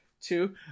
two